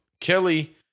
Kelly